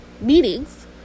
meetings